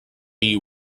you